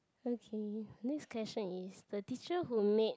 okay next question is the teacher who made